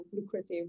lucrative